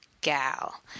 Gal